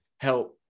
help